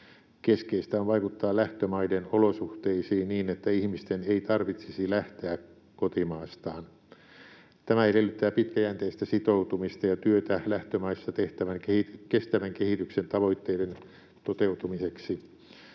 Keskeistä on vaikuttaa lähtömaiden olosuhteisiin niin, että ihmisten ei tarvitsisi lähteä kotimaastaan. Tämä edellyttää pitkäjänteistä sitoutumista ja työtä lähtömaissa kestävän kehityksen tavoitteiden toteutumiseksi.